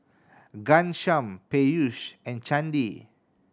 Ghanshyam Peyush and Chandi